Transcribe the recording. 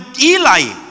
Eli